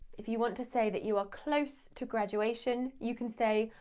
if you want to say that you are close to graduation, you can say,